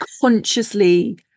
consciously